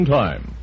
time